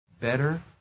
better